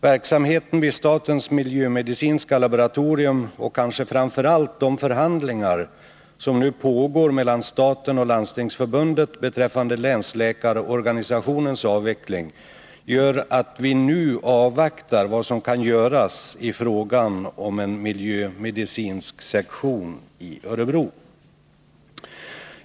Verksamheten vid statens miljömedicinska laboratorium, och kanske framför allt de förhandlingar som nu pågår mellan staten och Landstingsförbundet beträffande länsläkarorganisationens avveckling, gör att vi nu avvaktar vad som kan göras i fråga om en miljömedicinsk sektion i Örebro.